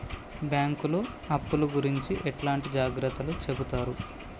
బ్యాంకులు అప్పుల గురించి ఎట్లాంటి జాగ్రత్తలు చెబుతరు?